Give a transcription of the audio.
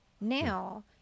now